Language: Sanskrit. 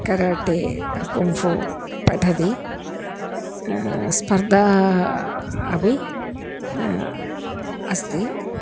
कराटे कुम्फू पठति स्पर्धाः अपि अस्ति